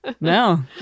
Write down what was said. No